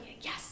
Yes